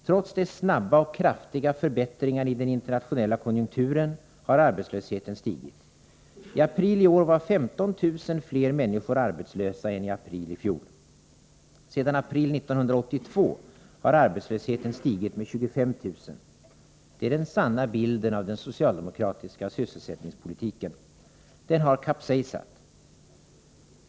Trots de snabba och kraftiga förbättringarna i den internationella konjunkturen har arbetslösheten stigit. I april i år var 15 000 fler människor arbetslösa än i april i fjol. Sedan april 1982 har arbetslösheten stigit med 25 000. Det är den sanna bilden av den socialdemokratiska sysselsättningspolitiken. Den har kapsejsat.